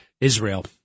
Israel